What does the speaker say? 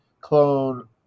clone